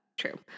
true